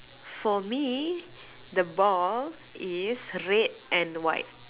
for me the ball is red and white